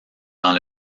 dans